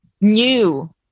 new